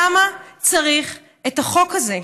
למה צריך את החוק הזה?